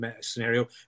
scenario